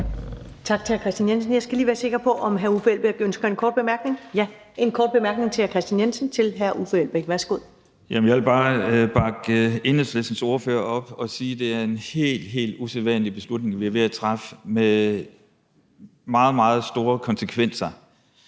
Tak til hr. Kristian Jensen. Jeg skal lige være sikker på, om hr. Uffe Elbæk ønsker en kort bemærkning? Ja, der er en kort bemærkning til hr. Kristian Jensen fra hr. Uffe Elbæk. Værsgo. Kl. 14:48 Uffe Elbæk (UFG): Jeg vil bare bakke Enhedslistens ordfører op og sige, at det er en helt, helt usædvanlig beslutning, vi er ved at træffe, med meget, meget store konsekvenser.